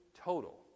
total